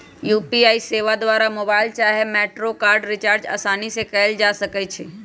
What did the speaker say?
UPI सेवा द्वारा mobile चाहे मेट्रो कार्ड रिचार्ज असानी से कएल जा सकइ छइ